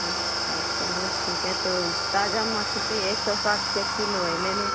हँ चलिए ठीक है तो ताज़ा मछली एस सौ साठ रुपये किलो है ले लो